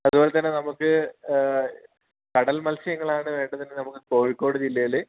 അതുപോലെത്തന്നെ നമുക്ക് കടൽ മത്സ്യങ്ങളാണ് വേണ്ടതെന്നുണ്ടെങ്കിൽ നമുക്ക് കോഴിക്കോട് ജില്ലയിൽ